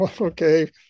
okay